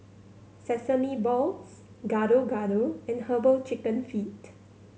sesame balls Gado Gado and Herbal Chicken Feet